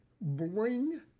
bling